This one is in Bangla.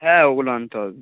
হ্যাঁ ওগুলো আনতে হবে